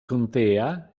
contea